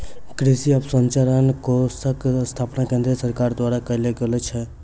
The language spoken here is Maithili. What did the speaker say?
कृषि अवसंरचना कोषक स्थापना केंद्रीय सरकार द्वारा कयल गेल अछि